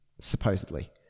supposedly